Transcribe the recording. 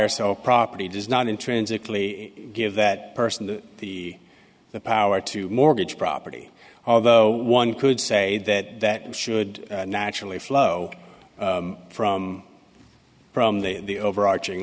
or sell property does not intrinsically give that person the the power to mortgage property although one could say that that should naturally flow from from the the overarching